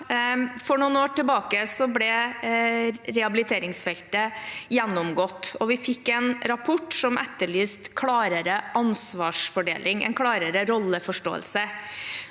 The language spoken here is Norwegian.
For noen år tilbake ble rehabiliteringsfeltet gjennomgått, og vi fikk en rapport som etterlyste en klarere ansvarsfordeling, en klarere rolleforståelse.